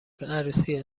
عروسی